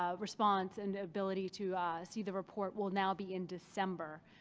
ah response and ability to see the report will now be in december.